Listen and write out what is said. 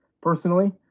personally